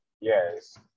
Yes